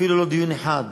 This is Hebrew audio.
אפילו לא דיון אחד,